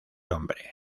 hombre